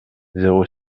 zéro